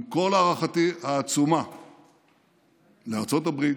עם כל הערכתי לארצות הברית,